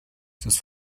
sus